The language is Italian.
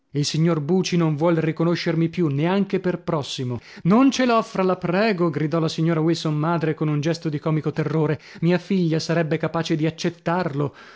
il signor buci non vuol riconoscermi più neanche per prossimo non ce l'offra la prego gridò la signora wilson madre con un gesto di comico terrore mia figlia sarebbe capace di accettarlo